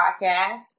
podcast